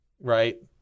right